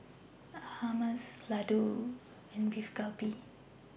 Hummus Ladoo and Beef Galbi